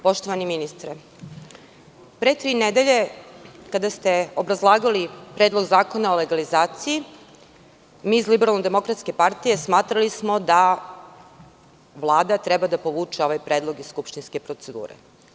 Poštovani ministre, pre tri nedelje kada ste obrazlagali Predlog zakona o legalizaciji, mi iz LDP smatrali smo da Vlada treba da povuče ovaj predlog iz skupštinske procedure.